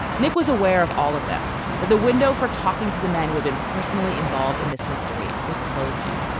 nick was aware of all of this, that the window for talking to the man who had been personally involved in this mystery was closing.